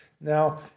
Now